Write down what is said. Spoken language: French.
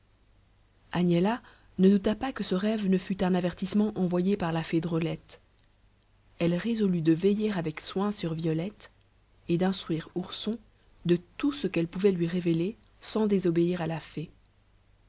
agnella ne douta pas que ce rêve ne fut un avertissement envoyé par la fée drôlette elle résolut de veiller avec soin sur violette et d'instruire ourson de tout ce qu'elle pouvait lui révéler sans désobéir à la fée